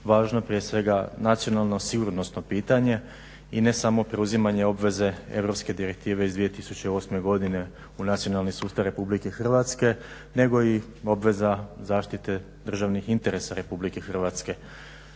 važno prije svega nacionalno sigurnosno pitanje i ne samo preuzimanje obveze europske Direktive iz 2008. godine u nacionalni sustav RH nego i obveza zaštite državnih interesa RH. Čuli smo